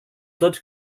flood